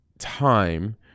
time